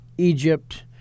egypt